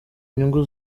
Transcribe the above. nyungu